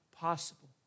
possible